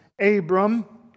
Abram